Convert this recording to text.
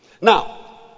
now